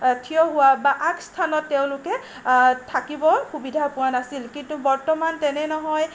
আগশাৰীত থিয় হোৱা বা আগস্থানত তেওঁলোকে থাকিব সুবিধা পোৱা নাছিল কিন্তু বৰ্তমান তেনে নহয়